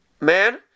man